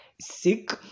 sick